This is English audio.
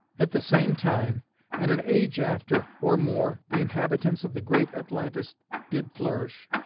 at the same time and an age after, or more, the inhabitants of the great atlantis did flourish.